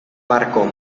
barco